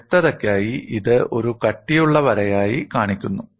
വ്യക്തതയ്ക്കായി ഇത് ഒരു കട്ടിയുള്ള വരയായി കാണിക്കുന്നു